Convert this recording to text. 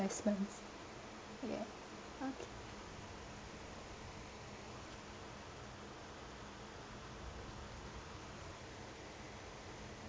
investments yeah okay